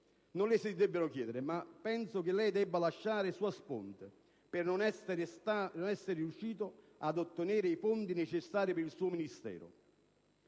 non le si debbano chiedere e che lei debba lasciare, *sua sponte*, per non essere riuscito ad ottenere i fondi necessari per il suo Ministero.